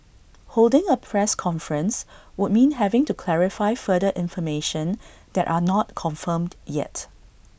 holding A press conference would mean having to clarify further information that are not confirmed yet